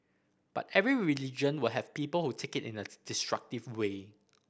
but every religion will have people who take it in a destructive way